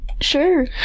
Sure